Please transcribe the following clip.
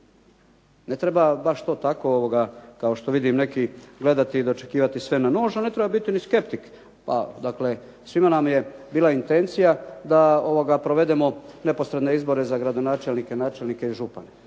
Ne treba baš to tako kao što vidim neki gledati i dočekivati sve na nož, ali ne treba biti ni skeptik, pa dakle svima nam je bila intencija da provedemo neposredne izbore za gradonačelnike, načelnike i župane.